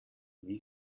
wie